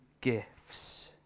gifts